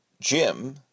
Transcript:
Jim